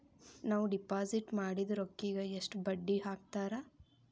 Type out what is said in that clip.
ನಾವು ಡಿಪಾಸಿಟ್ ಮಾಡಿದ ರೊಕ್ಕಿಗೆ ಎಷ್ಟು ಬಡ್ಡಿ ಹಾಕ್ತಾರಾ?